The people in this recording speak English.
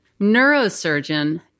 neurosurgeon